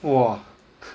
!wah!